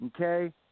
Okay